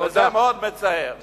זה מאוד מצער.